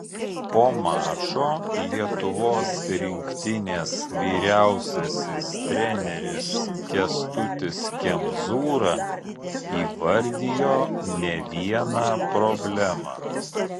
po mačo lietuvos rinktinės vyriausiasis treneris kęstutis kemzūra įvardijo ne vieną problemą